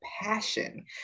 passion